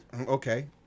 Okay